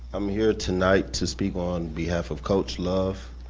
i'm here tonight to speak on behalf of coach love.